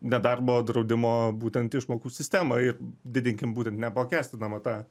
nedarbo draudimo būtent išmokų sistemą ir didinkim būtent neapmokestinamą tą